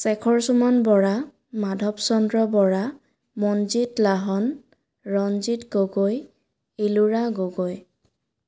Shekhar Suman Bora Madhav Chandra Bora Manjit Lahan Ranjit Gogoi Ellora Gogoi